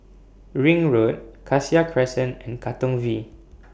Ring Road Cassia Crescent and Katong V